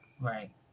right